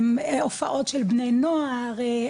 הופעות של בני נוער,